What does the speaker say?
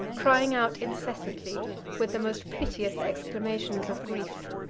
crying out incessantly with the most piteous exclamations of grief.